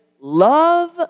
Love